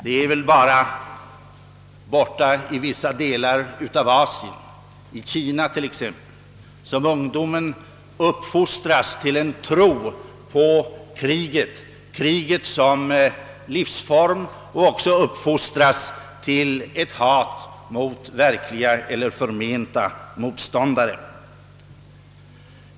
Det är väl bara borta i vissa delar av Asien, i Kina t.ex., som ungdomen fostras till en tro på kriget som livsform och även uppfostras till ett hat mot verkliga eller förmenta motståndare.